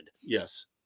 Yes